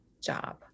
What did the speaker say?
job